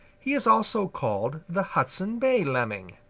he is also called the hudson bay lemming.